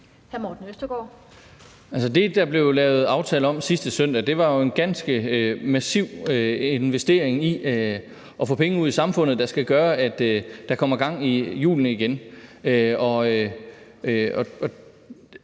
Det, der blev lavet aftale om sidste søndag, var jo en ganske massiv investering, der skulle få penge ud i samfundet, der skal gøre, at der kommer gang i hjulene igen.